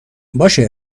باشه